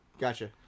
Gotcha